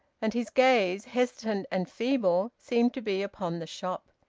and his gaze, hesitant and feeble, seemed to be upon the shop.